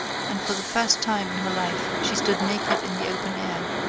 and for the first time in her life she stood naked in the open air,